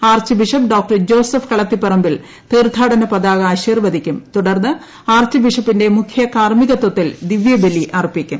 arch bishop ഡ്യോക് Joseph Kalathiparambil തീർത്ഥാടന പതാക ആശീർവദിക്കും തുടർന്ന് ആർച്ച് ബിഷപ്പിന്റെ മുഖ്യ കാർമ്മികത്വത്തിൽ ദിവ്യബലി ആർപ്പിക്കും